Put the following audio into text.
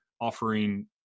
offering